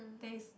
there is